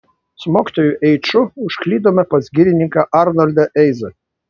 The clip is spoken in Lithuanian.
su mokytoju eiču užklydome pas girininką arnoldą eizą